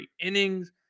innings